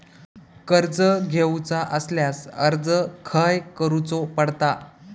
कर्ज घेऊचा असल्यास अर्ज खाय करूचो पडता?